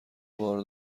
بار